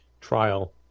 trial